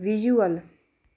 visual